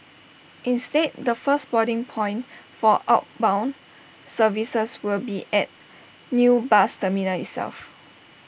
instead the first boarding point for outbound services will be at new bus terminal itself